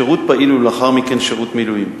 שירות פעיל ולאחר מכן שירות מילואים.